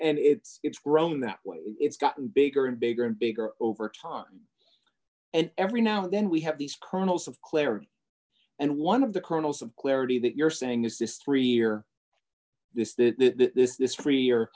and it's it's grown that way it's gotten bigger and bigger and bigger over time and every now and then we have these kernels of clarity and one of the kernels of clarity that you're saying is this three year this that this this free